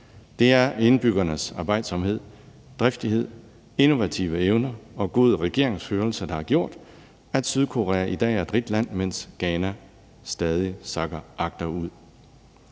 Det er indbyggernes arbejdsomhed, driftighed, innovative evner og god regeringsførelse, der har gjort, at Sydkorea i dag er et rigt land, mens Ghana stadig sakker agterud.